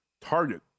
target